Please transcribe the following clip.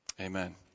amen